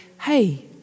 hey